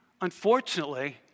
Unfortunately